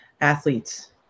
athletes